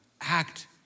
act